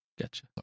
gotcha